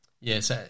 Yes